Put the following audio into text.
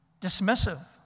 dismissive